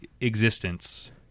existence